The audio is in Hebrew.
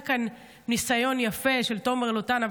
היה כאן ניסיון יפה של תומר לוטן,